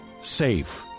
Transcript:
safe